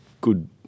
good